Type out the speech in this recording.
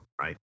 Right